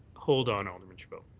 hold on, alderman chabot.